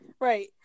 Right